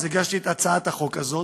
הגשתי את הצעת החוק הזאת,